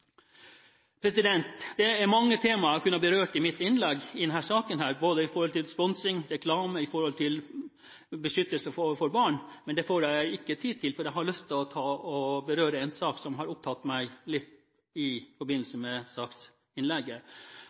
Det er mange temaer jeg kunne ha berørt i mitt innlegg i denne saken, både når det gjelder sponsing, og når det gjelder reklame med tanke på beskyttelse av barn, men det får jeg ikke tid til, for jeg har lyst til å berøre en sak som har opptatt meg litt i forbindelse med saksinnlegget.